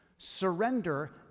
Surrender